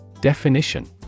Definition